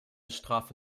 strafe